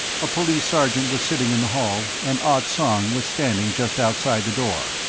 a police sergeant was sitting in the hall, and ah tsong was standing just outside the door.